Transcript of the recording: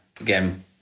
again